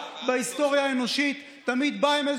אני לא